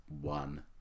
one